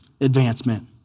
advancement